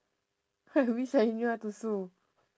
I wish I knew how to sue